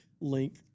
link